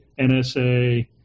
NSA